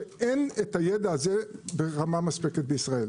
שאין את הידע הזה ברמה מספקת בישראל.